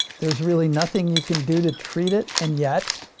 there's really nothing you can do to treat it and yet,